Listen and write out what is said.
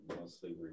mostly